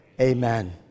Amen